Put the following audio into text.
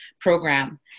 Program